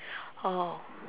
oh